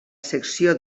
secció